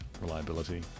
reliability